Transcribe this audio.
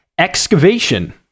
excavation